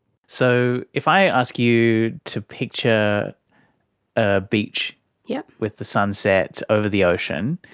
so if i ask you to picture a beach yeah with the sunset over the ocean,